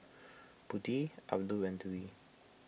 Budi Abdul and Dwi